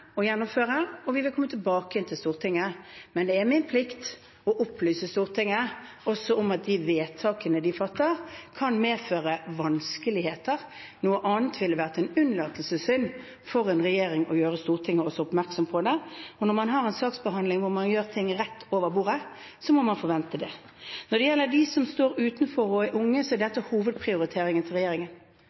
gjennomføre, og vi vil komme tilbake igjen til Stortinget. Men det er også min plikt å opplyse Stortinget om at de vedtakene de fatter, kan medføre vanskeligheter. Det ville vært en unnlatelsessynd for en regjering ikke å gjøre Stortinget oppmerksom på det. Når man har en saksbehandling der man gjør ting rett over bordet, må man forvente det. Når det gjelder de unge som står utenfor, er dette hovedprioriteringen for regjeringen.